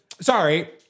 sorry